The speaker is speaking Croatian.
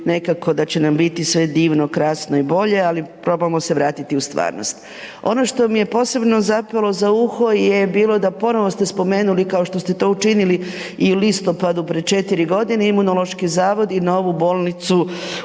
nekako da će nam biti sve divno, krasno i bolje, ali probamo se vratiti u stvarnost. Ono što mi je posebno zapelo za uho je bilo da ponovo ste spomenuli kao što ste to učinili i u listopadu prije 4 godine Imunološki zavod i Novu bolnicu